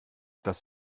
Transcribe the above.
dass